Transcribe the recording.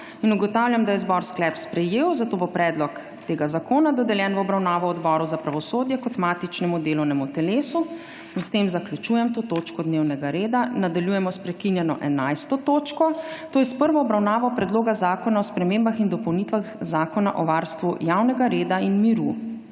Ugotavljam, da je zbor sklep sprejel, zato bo predlog tega zakona dodeljen v obravnavo Odboru za pravosodje kot matičnemu delovnemu telesu. S tem zaključujem to točko dnevnega reda. Nadaljujemo s prekinjeno 11. točko dnevnega reda, to je s prvo obravnavo Predloga zakona o spremembah in dopolnitvah Zakona o varstvu javnega reda in miru.